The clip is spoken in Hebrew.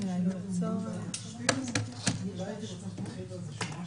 הייתי אצל מבקר המדינה.